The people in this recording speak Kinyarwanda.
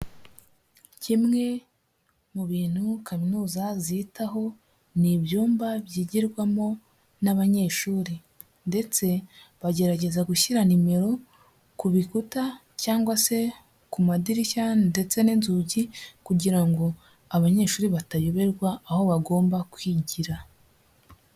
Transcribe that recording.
Kimwe mu bintu kaminuza zitaho, ni ibyumba byigirwamo n'abanyeshuri ndetse bagerageza gushyira nimero ku bikuta cyangwa se ku madirishya ndetse n'inzugi kugira ngo abanyeshuri batayoberwa, aho bagomba kwigira.